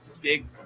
big